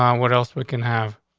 um what else we can have.